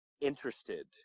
interested